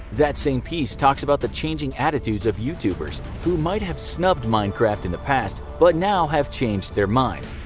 that same piece talks about the changing attitudes of youtubers, who might have snubbed minecraft in the past but now have changed their minds.